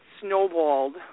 snowballed